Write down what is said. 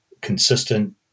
consistent